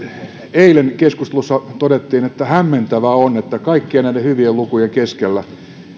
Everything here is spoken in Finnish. eilen keskustelussa todettiin että hämmentävää on että kaikkien näiden hyvien lukujen keskellä